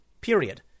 period